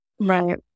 right